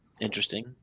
interesting